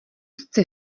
sci